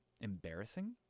embarrassing